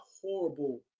horrible